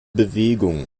bewegung